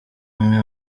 umwe